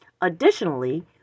Additionally